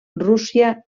rússia